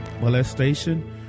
molestation